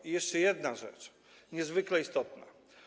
I jeszcze jedna rzecz, niezwykle istotna.